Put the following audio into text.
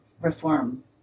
reform